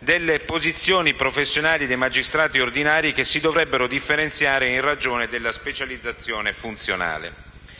delle posizioni professionali dei magistrati ordinari, che si dovrebbero differenziare in ragione della specializzazione funzionale.